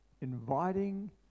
Inviting